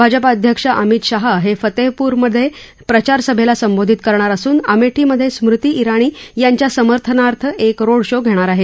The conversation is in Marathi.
भाजप अध्यक्ष अमित शाह हे फतेहपूरमध्ये प्रचारसभेला संबोधित करणार असून अमेठीमध्ये स्मृती इराणी यांच्या समर्थनार्थ एक रोड शो घेणार आहे